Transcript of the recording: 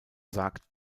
sagt